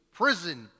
prison